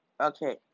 Okay